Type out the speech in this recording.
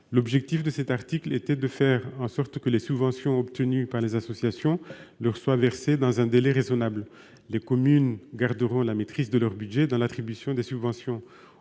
L'objectif de cet article était de faire en sorte que les subventions obtenues par les associations leur soient versées dans un délai raisonnable. Les communes garderont la maîtrise de leur budget dans l'attribution des subventions.